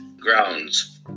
grounds